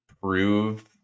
prove